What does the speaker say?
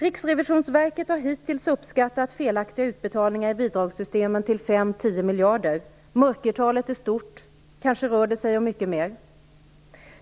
Riksrevisionsverket har hittills uppskattat felaktiga utbetalningar i bidragssystemen till 5-10 miljarder. Mörkertalet är stort. Kanske rör det sig om mycket mera.